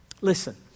Listen